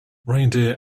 reindeer